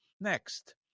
next